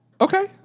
okay